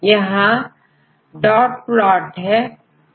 तो यहां dot plot है